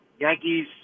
Yankees